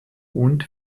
und